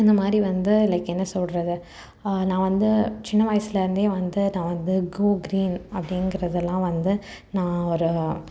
அந்த மாதிரி வந்து லைக் என்ன சொல்கிறது நான் வந்து சின்ன வயசுலேருந்தே வந்து நான் வந்து கோ கிரீன் அப்படிங்கிறதெல்லாம் வந்து நான் ஒரு